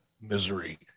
misery